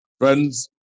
Friends